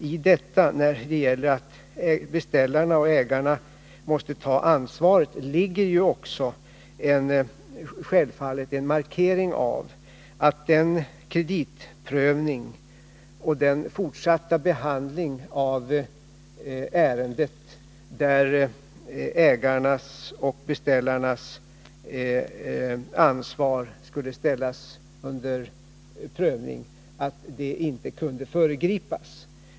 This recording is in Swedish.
I detta att beställarna och ägarna måste ta ansvaret ligger självfallet också en markering av att kreditprövningen och den fortsatta behandlingen av ärendet, där ägarnas och beställarnas ansvar NF 32 skulle ställas under prövning, inte kunde föregripas.